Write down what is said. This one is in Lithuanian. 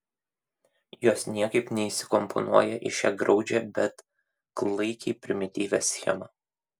jos niekaip neįsikomponuoja į šią graudžią bet klaikiai primityvią schemą